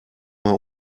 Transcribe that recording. mal